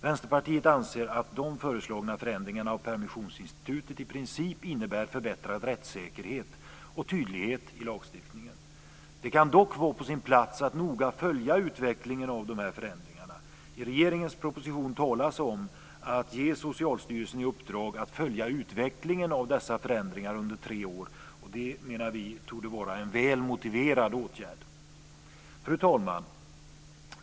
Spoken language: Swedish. Vänsterpartiet anser att de föreslagna förändringarna av permissionssinstitutet i princip innebär förbättrad rättssäkerhet och tydlighet i lagstiftningen. Det kan dock vara på sin plats att noga följa utvecklingen av dessa förändringar. I regeringens proposition nämns ett uppdrag till Socialstyrelsen att följa utvecklingen av dessa förändringar under tre år, och vi menar att det torde vara en väl motiverad åtgärd. Fru talman!